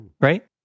Right